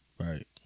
right